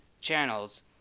channels